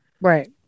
Right